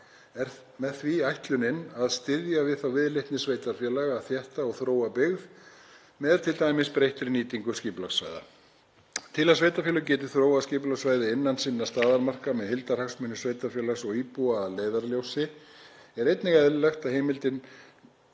Er með því ætlunin að styðja við þá viðleitni sveitarfélaga að þétta og þróa byggð með t.d. breyttri nýtingu skipulagssvæða. Til að sveitarfélög geti þróað skipulagssvæði innan sinna staðarmarka með heildarhagsmuni sveitarfélags og íbúa að leiðarljósi er eðlilegt að heimildin